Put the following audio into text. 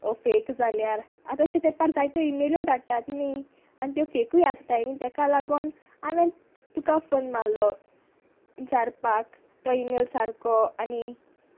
हो फेक जाल्यार आतांच्या तेंपार जायत्यो इमेल्यो धाडटात न्ही आनी त्यो फेकूय आसताय न्ही ताका लागून हांवें तुका फोन मारलो विचारपाक तो इमेल सारको आनी